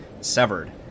severed